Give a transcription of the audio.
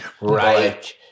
Right